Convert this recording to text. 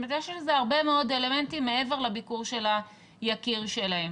יש לזה הרבה מאוד אלמנטים מעבר לביקור של היקיר שלהם.